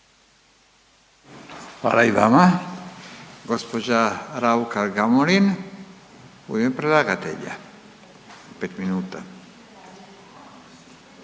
Hvala i vama. Gospođa Raukar Gamulin u ime predlagatelja, 5 minuta.